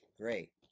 great